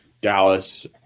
Dallas